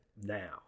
now